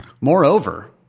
moreover